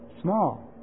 small